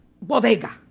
bodega